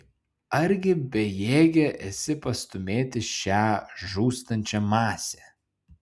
argi bejėgė esi pastūmėti šią žūstančią masę